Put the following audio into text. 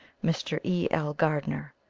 mr. e. l. gardner,